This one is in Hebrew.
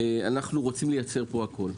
אנחנו רוצים לייצר פה הכול.